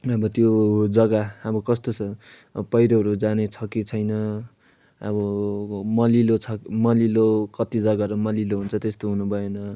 अब त्यो जग्गा अब कस्तो छ पहिरोहरू जाने छ कि छैन अब मलिलो छ कि मलिलो कति जग्गाहरू मलिलो हुन्छ अब त्यस्तो हुनु भएन